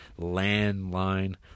landline